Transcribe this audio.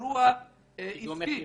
אירוע עסקי.